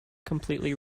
completely